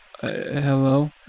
hello